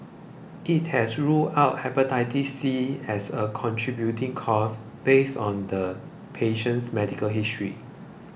it has ruled out Hepatitis C as a contributing cause based on the patient's medical history